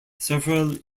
several